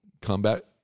combat